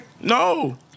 No